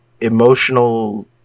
emotional